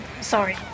Sorry